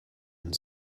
and